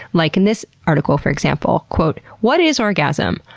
like in this article, for example what is orgasm?